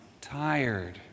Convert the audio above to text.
tired